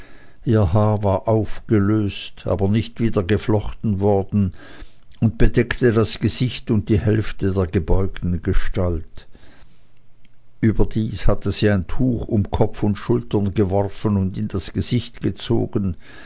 ihr haar war aufgelöst aber nicht wieder geflochten worden und bedeckte das gesicht und die hälfte der gebeugten gestalt überdies hatte sie ein tuch um kopf und schultern geworfen und in das gesicht gezogen